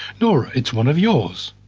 nora, it is one of yours.